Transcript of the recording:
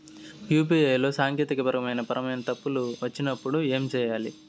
UPI లో సాంకేతికపరమైన పరమైన తప్పులు వచ్చినప్పుడు ఏమి సేయాలి